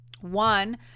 one